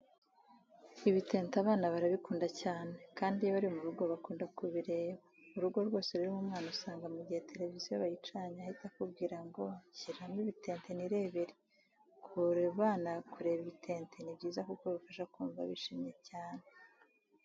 Ibitente abana barabikunda cyane kandi iyo bari mu rugo bakunda kubireba. Urugo rwose rurimo umwana usanga mu gihe televiziyo bayicanye ahita akubwira ngo nshyiriramo ibitente nirebere. Ku bana kureba ibitente ni byiza kuko bibafasha kumva bishimye cyane.